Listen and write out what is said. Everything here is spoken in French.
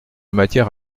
matière